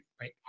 right